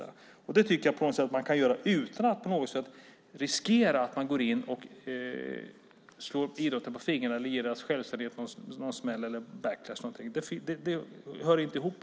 Det tycker jag att man kan göra utan att riskera att slå idrotten på fingrarna eller ge deras självständighet en smäll eller backlash. Det hör inte ihop.